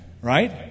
right